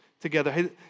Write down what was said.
together